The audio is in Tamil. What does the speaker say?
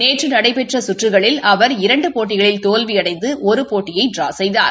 நேற்று நடைபெற்ற சுற்றுகளில் அவர் இரண்டு போட்டிகளில் தோல்வியடைந்து ஒரு போட்டியை ட்டிரா செய்கார்